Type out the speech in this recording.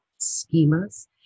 schemas